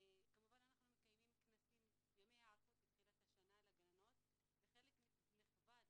אנחנו מקיימים ימי היערכות בתחילת השנה לגננות וחלק נכבד